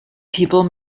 people